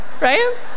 Right